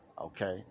okay